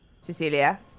Cecilia